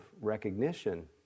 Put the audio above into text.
recognition